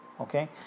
okay